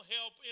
help